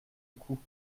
coup